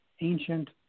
ancient